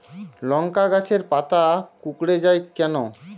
লংকা গাছের পাতা কুকড়ে যায় কেনো?